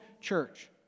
church